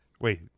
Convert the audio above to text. Wait